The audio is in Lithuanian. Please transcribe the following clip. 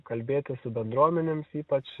kalbėtis su bendruomenėms ypač